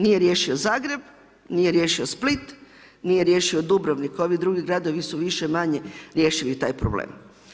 Nije riješio Zagreb, nije riješio Split, nije riješio Dubrovnik, ovi drugi gradovi su više-manje riješili taj problem.